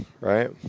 right